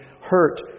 hurt